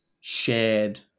shared